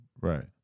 Right